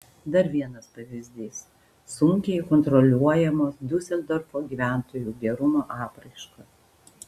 dar vienas pavyzdys sunkiai kontroliuojamos diuseldorfo gyventojų gerumo apraiškos